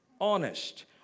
honest